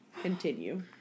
Continue